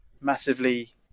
massively